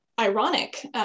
ironic